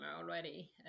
already